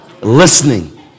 Listening